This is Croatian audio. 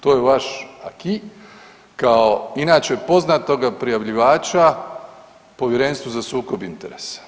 To je vaš acquis kao inače poznatoga prijavljivača Povjerenstvu za sukob interesa.